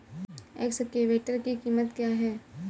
Excavator की कीमत क्या है?